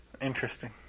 Interesting